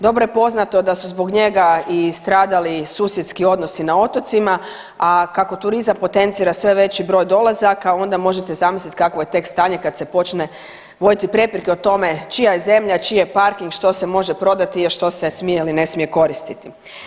Dobro je poznato da su zbog njega i stradali susjedski odnosi na otocima, a kako turizam potencira sve veći broj dolazaka onda možete zamislit kakvo je tek stanje kad se počne voditi prepreke o tome čija je zemlja, čiji je parking, što se može prodati, a što se smije ili ne smije koristiti.